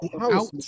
out